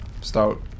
start